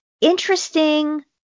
interesting